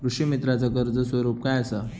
कृषीमित्राच कर्ज स्वरूप काय असा?